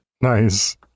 Nice